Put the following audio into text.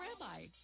rabbi